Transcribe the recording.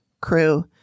crew